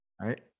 right